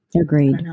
Agreed